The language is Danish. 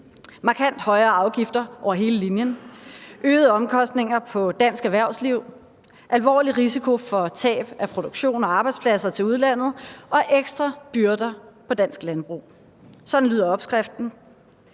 markant højere afgifter over hele linjen, øgede omkostninger for dansk erhvervsliv, alvorlig risiko for tab af produktion og arbejdspladser til udlandet og ekstra byrder på dansk landbrug. Sådan lyder opskriften.